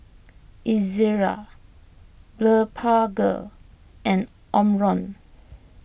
Ezerra Blephagel and Omron